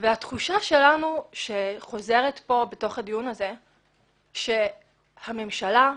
התחושה שחוזרת בדיון הזה היא שהממשלה,